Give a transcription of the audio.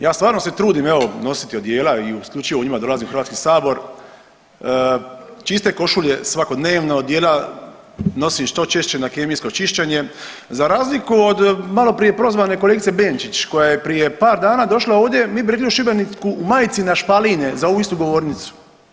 Ja stvarno se trudim, evo nositi odijela i isključivo u njima dolazim u Hrvatski sabor, čiste košulje svakodnevno, odijela nosim što češće na kemijsko čišćenje za razliku od malo prije prozvane kolegice Benčić koja je prije par dana došla ovdje mi bi rekli u Šibeniku u majici na špaline za ovu istu govornicu.